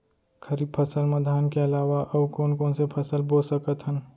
खरीफ फसल मा धान के अलावा अऊ कोन कोन से फसल बो सकत हन?